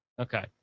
okay